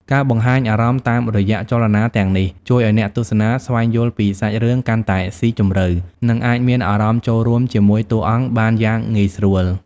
ការបង្ហាញអារម្មណ៍តាមរយៈចលនាទាំងនេះ ជួយឲ្យអ្នកទស្សនាស្វែងយល់ពីសាច់រឿងកាន់តែស៊ីជម្រៅ និងអាចមានអារម្មណ៍ចូលរួមជាមួយតួអង្គបានយ៉ាងងាយស្រួល។